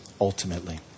ultimately